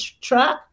track